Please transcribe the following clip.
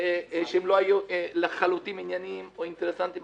שלא היו לחלוטין ענייניים או שהיו אינטרסנטיים.